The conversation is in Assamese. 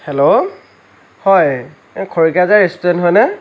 হেল্ল' হয় খৰিকাজাই ৰেষ্টুৰেণ্ট হয়নে